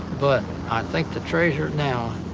but i think the treasure now,